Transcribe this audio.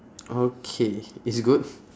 okay it's good